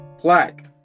black